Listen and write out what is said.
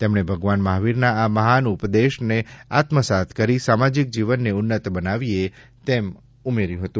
તેમણે ભગવાન મહાવીરના આ મહાન ઉપદેશને આત્મસાત કરી સામાજીક જીવનને ઉન્નત બનાવીએ તેમ રાજ્યપાલે ઉમેર્યું હતું